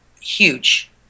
huge